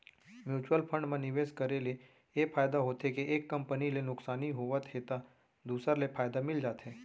mutual fund म निवेस करे ले ए फायदा होथे के एक कंपनी ले नुकसानी होवत हे त दूसर ले फायदा मिल जाथे